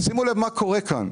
תשימו לב מה קורה כאן.